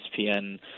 ESPN